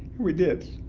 we did.